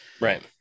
Right